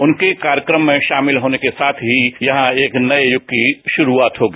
उनके कार्यक्रम में शामिल होने के साथ ही यहां एक नए युग की शुरुआत होगी